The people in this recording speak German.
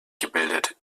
gebildet